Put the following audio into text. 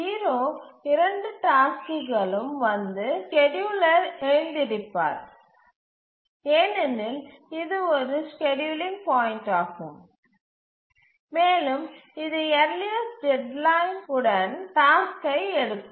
நேரத்தில் 0 இரண்டு டாஸ்க்குகளும் வந்து ஸ்கேட்யூலர் எழுந்திருப்பார் ஏனெனில் இது ஒரு ஸ்கேட்யூலர் புள்ளியாகும் மேலும் இது யர்லியஸ்டு டெட்லைன் வுடன் டாஸ்க்கை எடுக்கும்